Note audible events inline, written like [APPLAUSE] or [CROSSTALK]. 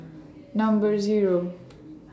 [NOISE] Number Zero